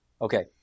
Okay